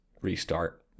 restart